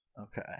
Okay